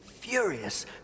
furious